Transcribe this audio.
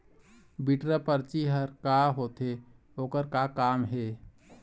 Withdraw परची हर का होते, ओकर का काम हे?